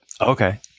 Okay